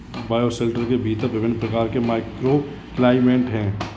bioshelter के भीतर विभिन्न प्रकार के माइक्रोक्लाइमेट हैं